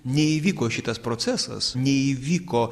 neįvyko šitas procesas neįvyko